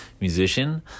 musician